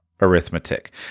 arithmetic